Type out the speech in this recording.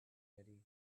ready